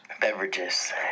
beverages